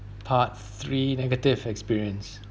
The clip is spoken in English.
part three negative experience